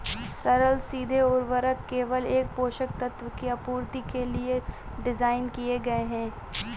सरल सीधे उर्वरक केवल एक पोषक तत्व की आपूर्ति के लिए डिज़ाइन किए गए है